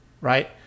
Right